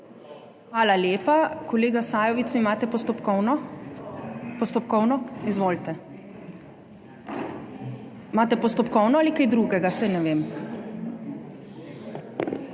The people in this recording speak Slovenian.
Hvala lepa. Kolega Sajovic, imate postopkovno? Postopkovno? Izvolite. Imate postopkovno ali kaj drugega? Saj ne vem.